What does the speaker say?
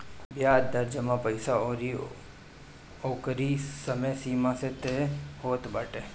बियाज दर जमा पईसा अउरी ओकरी समय सीमा से तय होत बाटे